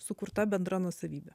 sukurta bendra nuosavybė